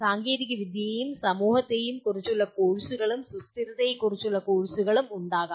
സാങ്കേതികവിദ്യയെയും സമൂഹത്തെയും കുറിച്ചുള്ള കോഴ്സുകളും സുസ്ഥിരതയെക്കുറിച്ചുള്ള കോഴ്സും ഉണ്ടാകാം